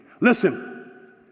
Listen